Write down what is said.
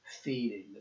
feeding